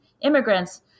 immigrants